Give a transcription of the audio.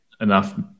enough